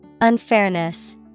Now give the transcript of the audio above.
Unfairness